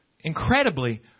incredibly